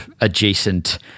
adjacent